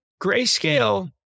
Grayscale